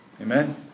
Amen